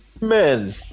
Men